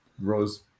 rose